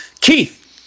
Keith